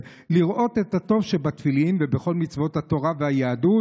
לראות את הטוב שבתפילין ובכל מצוות התורה והיהדות.